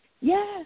yes